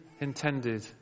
intended